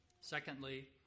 Secondly